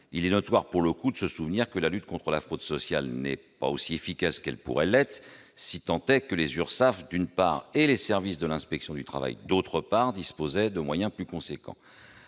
il est important de se souvenir que la lutte contre la fraude sociale n'est pas aussi efficace qu'elle pourrait l'être, si tant est que les URSSAF, d'une part, et que les services de l'inspection du travail, d'autre part, disposaient de moyens plus importants.